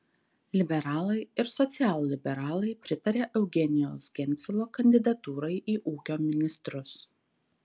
liberalai ir socialliberalai pritaria eugenijaus gentvilo kandidatūrai į ūkio ministrus